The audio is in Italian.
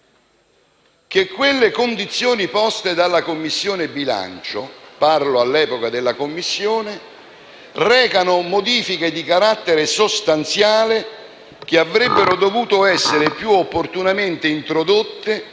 che quelle condizioni poste dalla Commissione bilancio - parlo all'epoca della Commissione - recavano «modifiche di carattere sostanziale che avrebbero dovuto essere più opportunamente introdotte